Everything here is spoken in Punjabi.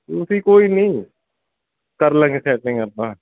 ਤੁਸੀਂ ਕੋਈ ਨਹੀਂ ਕਰ ਲਾਂਗੇ ਸੈਟਿੰਗ ਆਪਾਂ